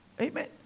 Amen